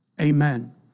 Amen